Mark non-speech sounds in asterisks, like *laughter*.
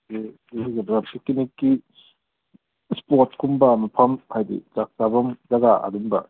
*unintelligible* ꯏꯁꯄꯣꯠꯀꯨꯝꯕ ꯃꯐꯝ ꯍꯥꯏꯗꯤ ꯆꯥꯛ ꯆꯥꯐꯝ ꯖꯒꯥ ꯑꯗꯨꯝꯕ